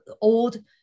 old